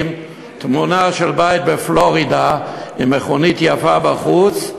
תמונה של בית בפלורידה עם מכונית יפה בחוץ,